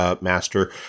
master